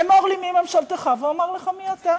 אמור לי מי ממשלתך ואומר לך מי אתה.